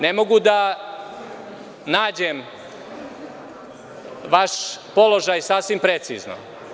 Ne mogu da nađem vaš položaj sasvim precizno.